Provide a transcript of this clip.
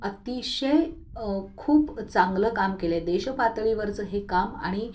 अतिशय खूप चांगलं काम केलं आहे देश पातळीवरचं हे काम आणि